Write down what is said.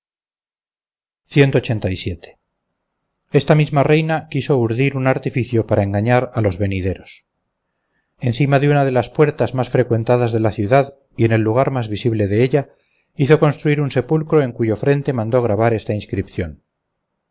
pantano esta misma reina quiso urdir un artificio para engañar a los venideros encima de una de las puertas más frecuentadas de la ciudad y en el lugar más visible de ella hizo construir su sepulcro en cuyo frente mandó grabar esta inscripción